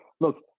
Look